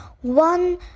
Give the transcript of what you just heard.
one